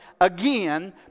again